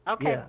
Okay